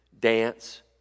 dance